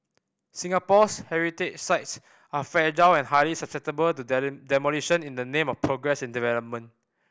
Singapore's heritage sites are fragile and highly susceptible to demolition in the name of progress and development